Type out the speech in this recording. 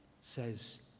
says